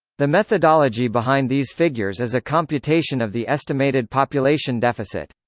the methodology behind these figures is a computation of the estimated population deficit.